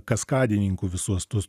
kaskadininkų visuos tuos